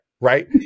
right